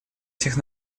этих